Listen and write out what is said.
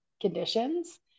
conditions